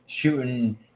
shooting